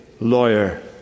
lawyer